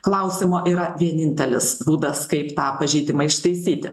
klausimo yra vienintelis būdas kaip tą pažeidimą ištaisyti